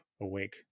awake